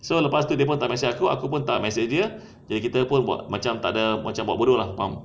so lepas tu dia pun tak message aku aku pun tak message dia jadi kita pun buat macam takde macam buat bodoh lah faham